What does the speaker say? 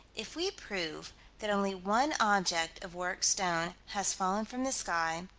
if we prove that only one object of worked stone has fallen from the sky,